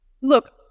Look